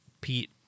Pete